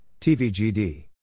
tvgd